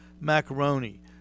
macaroni